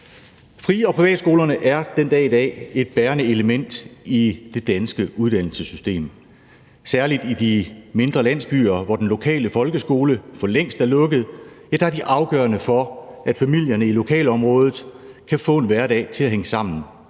Fri- og privatskolerne er den dag i dag et bærende element i det danske uddannelsessystem. Særlig i de mindre landsbyer, hvor den lokale folkeskole for længst er lukket, er de afgørende for, at familierne i lokalområdet kan få en hverdag til at hænge sammen,